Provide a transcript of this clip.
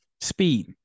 speed